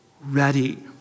ready